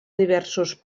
diversos